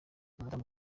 umudamu